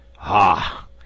Ah